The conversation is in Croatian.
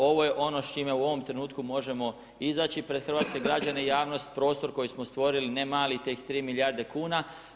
Ovo je ono s čime u ovom trenutku možemo izaći pred hrvatske građane i javnost, prostor koji smo stvorili, ne mali, tih 3 milijarde kuna.